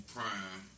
Prime